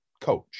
coach